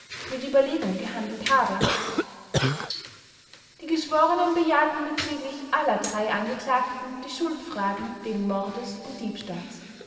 mit überlegung gehandelt habe die geschworenen bejahten bezüglich aller drei angeklagten die schuldfragen wegen mordes und diebstahls